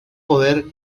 poder